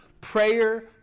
Prayer